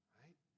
right